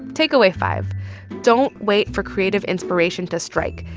takeaway five don't wait for creative inspiration to strike.